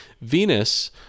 Venus